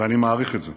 ואני מעריך את זה.